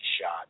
shot